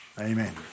Amen